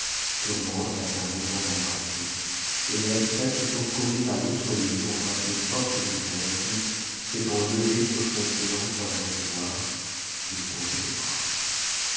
tourmente la tint longtemps embrassée et ne la quitta que pour courir à l'autre lit embrasser force des cœurs qui s'étant levée sur son séant pour la recevoir lui tendit les bras